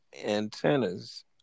antennas